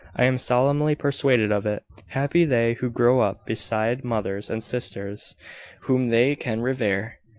i am solemnly persuaded of it. happy they who grow up beside mothers and sisters whom they can revere!